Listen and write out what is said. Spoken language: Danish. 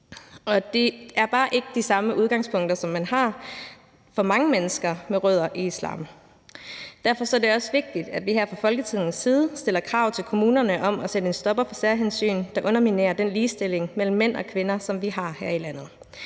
Det er bare ikke det samme udgangspunkt for mange mennesker med rødder i islam. Derfor er det også vigtigt, at vi her fra Folketingets side stiller krav til kommunerne om at sætte en stopper for særhensyn, der underminerer den ligestilling mellem mænd og kvinder, som vi har her i landet.